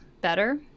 better